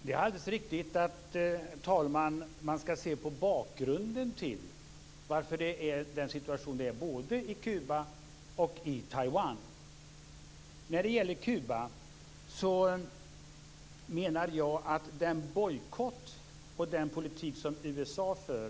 Herr talman! Det är alldeles riktigt att man skall se på bakgrunden till situationen både i Kuba och i Taiwan. När det gäller Kuba menar jag att den bojkottpolitik som USA för